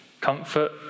Comfort